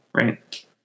right